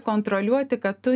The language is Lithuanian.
kontroliuoti kad tu